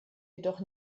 jedoch